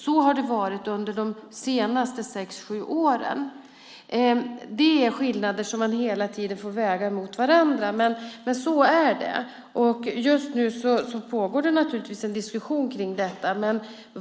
Så har det varit under de senaste sex sju åren. Det är skillnader som man hela tiden får väga mot varandra, men så är det. Just nu pågår det naturligtvis en diskussion om detta.